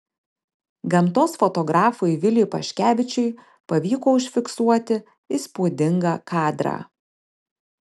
gamtos fotografui viliui paškevičiui pavyko užfiksuoti įspūdingą kadrą